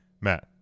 Matt